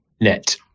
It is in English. net